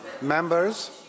Members